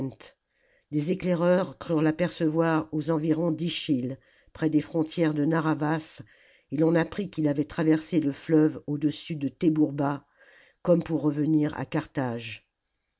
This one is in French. des éclaireurs crurent l'apercevoir aux environs d'ischiil près des frontières de narr'havas et l'on apprit qu'il avait traversé le fleuve au-dessus de tebourba comme pour revenir à carthage